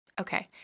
Okay